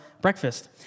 breakfast